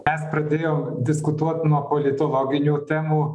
mes pradėjom diskutuot nuo politologinių temų